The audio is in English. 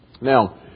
Now